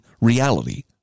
reality